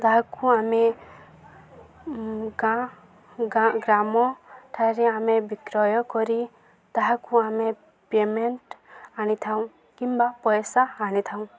ତାହାକୁ ଆମେ ଗାଁ ଗାଁ ଗ୍ରାମଠାରେ ଆମେ ବିକ୍ରୟ କରି ତାହାକୁ ଆମେ ପେମେଣ୍ଟ ଆଣିଥାଉଁ କିମ୍ବା ପଇସା ଆଣିଥାଉଁ